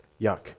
Yuck